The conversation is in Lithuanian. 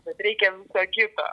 bet reikia visai kitą